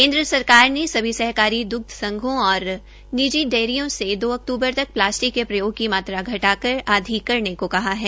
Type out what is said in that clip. केन्द्र सरकार ने सभी सहकारी द्ग्ध संघों और निजी डेयरियों से दो अक्तूबर तक प्लास्टिक के प्रयोग की मात्रा घटाकर आधी करने को कहा है